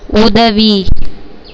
உதவி